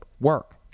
work